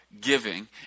giving